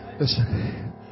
Listen